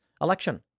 election